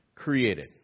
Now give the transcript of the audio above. created